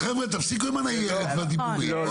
חבר'ה, תפסיקו עם הניירת והדיבורים.